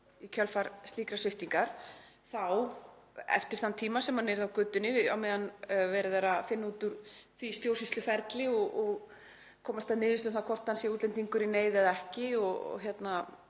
í kjölfar slíkrar sviptingar þá, eftir þann tíma sem hann yrði á götunni á meðan verið er að finna út úr því stjórnsýsluferli og komast að niðurstöðu um hvort hann sé útlendingur í neyð eða ekki og angra